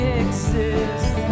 exist